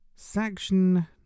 section